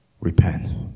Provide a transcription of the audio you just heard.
Repent